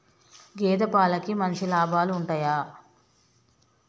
గేదే పాలకి మంచి లాభాలు ఉంటయా?